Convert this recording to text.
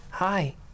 Hi